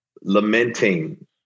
lamenting